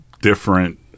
different